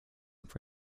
for